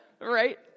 Right